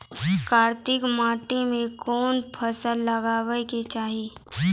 करकी माटी मे कोन फ़सल लगाबै के चाही?